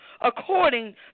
according